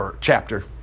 chapter